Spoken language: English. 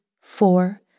four